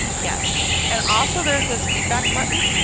yes, and also there's this feedback button